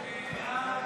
שמית.